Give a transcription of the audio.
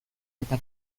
eta